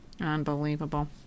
Unbelievable